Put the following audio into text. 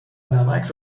نمک